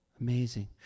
Amazing